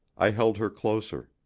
i held her closer.